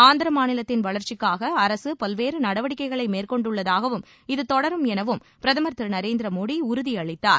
ஆந்திர மாநிலத்தின் வளர்ச்சிக்காக அரசு பல்வேறு நடவடிக்கைகளை மேற்கொண்டுள்ளதாகவும் இது தொடரும் எனவும் பிரதமர் திரு நரேந்திர மோடி உறுதியளித்தார்